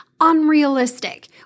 unrealistic